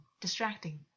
distracting